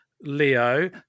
Leo